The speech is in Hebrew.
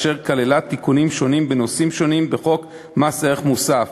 אשר כללה תיקונים בנושאים שונים בחוק מס ערך מוסף.